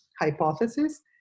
hypothesis